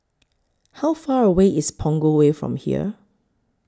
How Far away IS Punggol Way from here